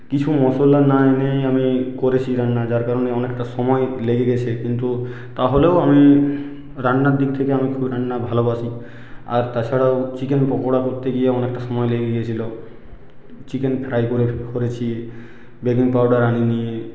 কিছু মশলা না এনেই আমি করেছি রান্না যার কারণে অনেকটা সময় লেগে গেছে কিন্তু তাহলেও আমি রান্নার দিক থেকে আমি খুবই রান্না ভালোবাসি আর তাছাড়াও চিকেন পকোড়া করতে গিয়ে অনেকটা সময় লেগে গিয়েছিল চিকেন ফ্রাই করে করেছি বেকিং পাউডার আনিনি